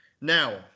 Now